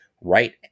right